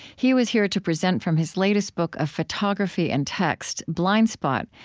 he was here to present from his latest book of photography and text, blind spot,